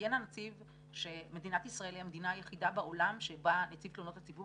ציין הנציב שמדינת ישראל היא המדינה היחידה בעולם בה נציב תלונות הציבור